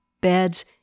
beds